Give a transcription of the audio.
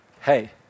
hey